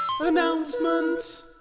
Announcement